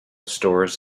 stores